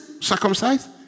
Circumcised